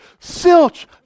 Silch